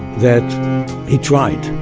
that he tried